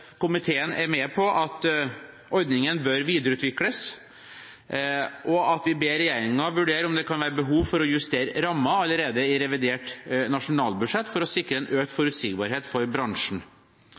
komiteen er med på at ordningen bør videreutvikles, og at vi ber regjeringen vurdere om det kan være behov for å justere rammen allerede i revidert nasjonalbudsjett, for å sikre en økt forutsigbarhet for bransjen.